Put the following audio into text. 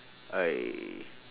I